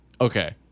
okay